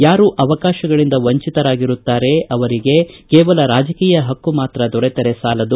ಯಾರು ಅವಕಾಶಗಳಿಂದ ವಂಚಿತರಾಗಿರುತ್ತಾರೆ ಅವರಿಗೆ ಕೇವಲ ರಾಜಕೀಯ ಪಕ್ಷು ಮಾತ್ರ ದೊರೆತರೆ ಸಾಲದು